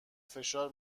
فشار